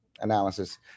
analysis